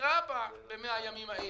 סבירה ב-100 הימים האלה.